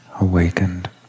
awakened